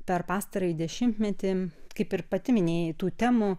per pastarąjį dešimtmetį kaip ir pati minėjai tų temų